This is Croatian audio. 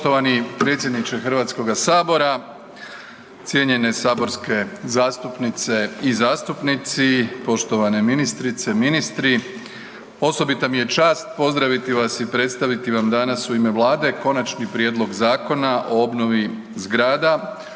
Poštovani predsjedniče HS, cijenjene saborske zastupnice i zastupnici, poštovane ministrice, ministri. Osobita mi je čast pozdraviti vas i predstaviti vam danas u ime vlade Konačni prijedlog Zakona o obnovi zgrada